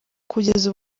kugeza